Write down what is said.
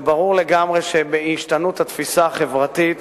וברור לגמרי שבהשתנות התפיסה החברתית,